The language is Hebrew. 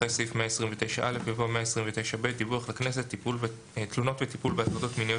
אחרי סעיף 129א יבוא: "דיווח לכנסת תלונות וטיפול בהטרדות מיניות